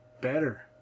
better